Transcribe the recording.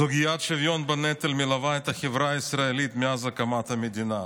סוגיית השוויון בנטל מלווה את החברה הישראלית מאז הקמת המדינה.